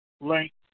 length